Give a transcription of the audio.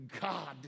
God